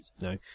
No